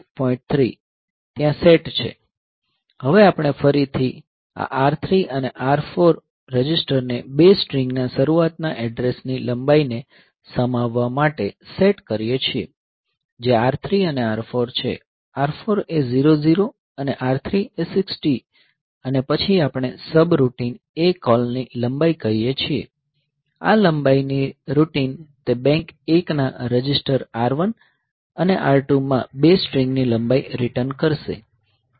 3 ત્યાં સેટ છે હવે આપણે ફરીથી આ R3 અને R4 રજિસ્ટરને 2 સ્ટ્રીંગના શરૂઆતના એડ્રેસ ની લંબાઈને સમાવવા માટે સેટ કરીએ છીએ જે R3 અને R4 છે R4 એ 00H અને R3 એ 60H અને પછી આપણે સબરૂટિન ACALL ની લંબાઈ કહીએ છીએ આ લંબાઈની રૂટીન તે બેંક 1 ના રજીસ્ટર R1 અને R2 માં 2 સ્ટ્રીંગની લંબાઈ રીટર્ન કરશે